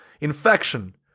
Infection